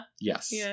Yes